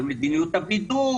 על מדיניות הבידוד,